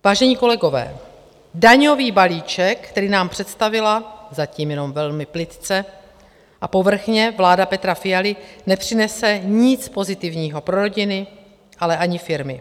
Vážení kolegové, daňový balíček, který nám představila, zatím jenom velmi plytce a povrchně, vláda Petra Fialy, nepřinese nic pozitivního pro rodiny, ale ani firmy.